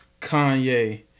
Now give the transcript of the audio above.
Kanye